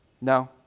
No